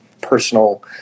personal